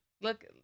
Look